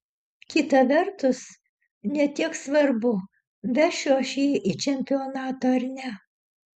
kita vertus ne tiek svarbu vešiu aš jį į čempionatą ar ne